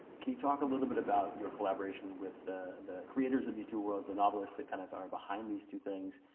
can you talk a little bit about your collaboration with the the creators of these two worlds, the novelists that kind of are behind these two thing,